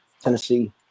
Tennessee